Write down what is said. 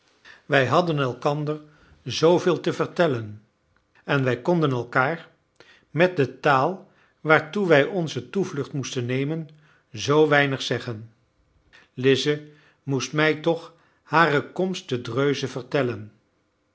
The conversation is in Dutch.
wij hadden elkander zooveel te vertellen en wij konden elkaar met de taal waartoe wij onze toevlucht moesten nemen zoo weinig zeggen lize moest mij toch hare komst te dreuze vertellen